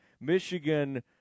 Michigan